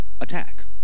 attack